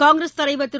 காங்கிரஸ் தலைவர் திரு